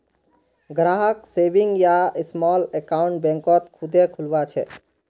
ग्राहक सेविंग या small account बैंकत खुदे खुलवा छे